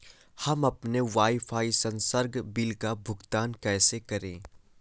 हम अपने वाईफाई संसर्ग बिल का भुगतान कैसे करें?